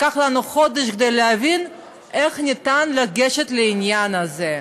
לקח לנו חודש כדי להבין איך ניתן לגשת לעניין הזה,